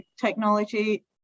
Technology